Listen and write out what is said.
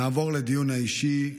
נעבור לדיון האישי.